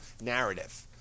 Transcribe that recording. narrative